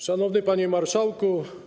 Szanowny Panie Marszałku!